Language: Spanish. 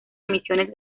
emisiones